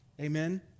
amen